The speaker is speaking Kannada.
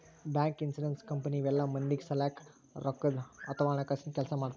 ಬ್ಯಾಂಕ್, ಇನ್ಸೂರೆನ್ಸ್ ಕಂಪನಿ ಇವೆಲ್ಲ ಮಂದಿಗ್ ಸಲ್ಯಾಕ್ ರೊಕ್ಕದ್ ಅಥವಾ ಹಣಕಾಸಿನ್ ಕೆಲ್ಸ್ ಮಾಡ್ತವ್